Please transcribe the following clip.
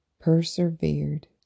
Persevered